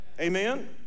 Amen